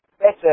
better